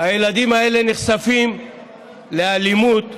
הילדים האלה נחשפים לאלימות,